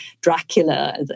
Dracula